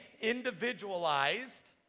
individualized